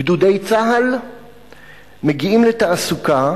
גדודי צה"ל מגיעים לתעסוקה